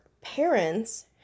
parents